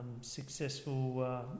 successful